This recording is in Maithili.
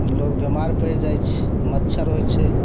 लोग बीमार पड़ि जाइ छै मच्छर होइ छै